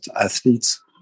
athletes